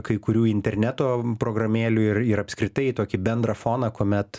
kai kurių interneto programėlių ir ir apskritai tokį bendrą foną kuomet